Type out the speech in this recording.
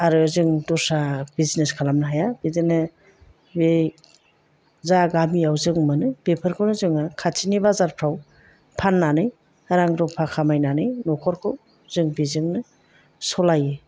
आरो जों दस्रा बिजनेस खालामनो हाया बिदिनो बे जा गामियाव जों मोनो बेफोरखौनो जोङो खाथिनि बाजारफ्राव फाननानै रां रुफा खामायनानै न'खरखौ जों बेजोंनो सालायो